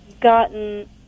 gotten